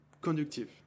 conductive